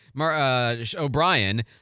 O'Brien